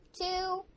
two